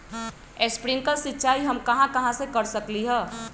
Sprinkle सिंचाई हम कहाँ कहाँ कर सकली ह?